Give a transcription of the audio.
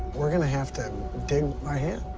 we're gonna have to dig by hand.